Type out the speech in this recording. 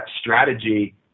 strategy